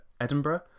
Edinburgh